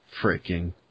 freaking